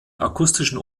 akustischen